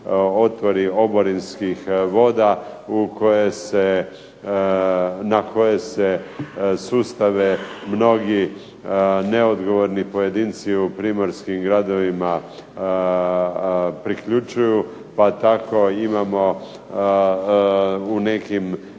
otvori oborinskih voda na koje se sustave mnogi neodgovorni pojedinci u primorskim gradovima priključuju. Pa tako imamo u nekim